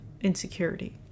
insecurity